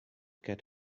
get